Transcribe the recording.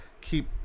keep